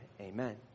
amen